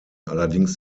allerdings